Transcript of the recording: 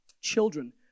children